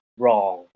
wrong